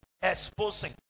Exposing